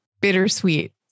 bittersweet